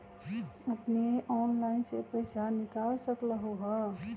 अपने ऑनलाइन से पईसा निकाल सकलहु ह?